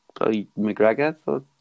McGregor